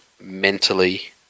mentally